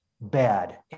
bad